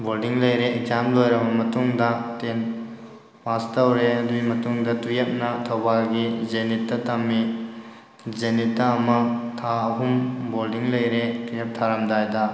boarding ꯂꯩꯔꯦ exam ꯂꯣꯏꯔꯕ ꯃꯇꯨꯡꯗ ꯇꯦꯟ ꯄꯥꯁ ꯇꯧꯔꯦ ꯑꯗꯨꯒꯤ ꯃꯇꯨꯡꯗ ꯇꯨꯌꯦꯜꯐꯅ ꯊꯧꯕꯥꯜꯒꯤ ꯖꯦꯅꯤꯠꯇ ꯇꯝꯃꯤ ꯖꯦꯅꯤꯠꯇ ꯑꯃ ꯊꯥ ꯑꯍꯨꯝ ꯕꯣꯔꯗꯤꯡ ꯂꯩꯔꯦ ꯇꯨꯌꯦꯜꯐ ꯊꯥꯔꯝꯗꯥꯏꯗ